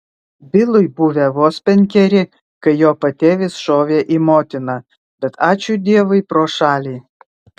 bilui buvę vos penkeri kai jo patėvis šovė į motiną bet ačiū dievui pro šalį